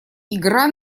игра